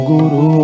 Guru